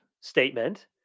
statement